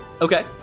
Okay